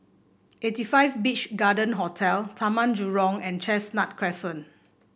Eighty Five Beach Garden Hotel Taman Jurong and Chestnut Crescent